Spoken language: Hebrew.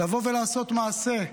לבוא ולעשות מעשה,